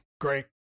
great